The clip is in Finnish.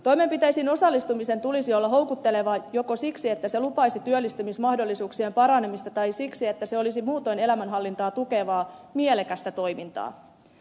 toimenpiteisiin osallistumisen tulisi olla houkuttelevaa joko siksi että se lupaisi työllistymismahdollisuuksien paranemista tai siksi että se olisi muutoin elämänhallintaa tukevaa mielekästä toimintaa